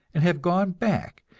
and have gone back,